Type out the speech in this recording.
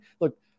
Look